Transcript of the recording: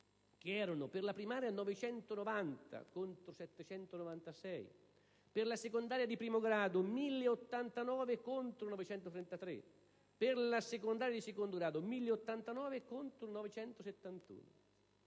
per la primaria 990 contro 796; per la secondaria di primo grado 1.089 contro 933; per la secondaria di secondo grado 1.089 contro 971.